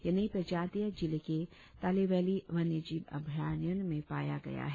यह नई प्रजातियां जिले के तालले वैली वन्य जीव अभ्यारण्य में पाया गया है